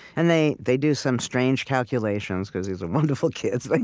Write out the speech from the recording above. and they they do some strange calculations, because these are wonderful kids. like